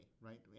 right